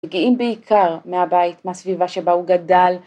‫מגיעים בעיקר מהבית, ‫מהסביבה שבה הוא גדל.